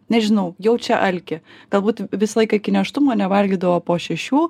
nežinau jaučia alkį galbūt visą laiką iki nėštumo nevalgydavo po šešių